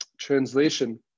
Translation